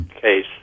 case